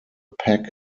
pak